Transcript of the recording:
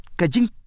kajing